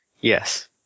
Yes